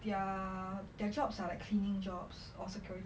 their their jobs are like cleaning jobs or securi~